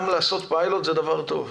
גם לעשות פיילוט זה טוב,